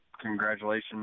congratulations